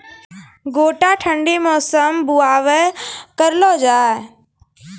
गोटा ठंडी मौसम बुवाई करऽ लो जा?